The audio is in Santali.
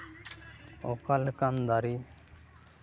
ᱚᱠᱟ ᱞᱮᱠᱟᱱ ᱫᱟᱨᱮ